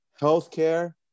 healthcare